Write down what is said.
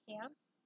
camps